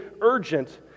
urgent